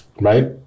Right